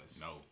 No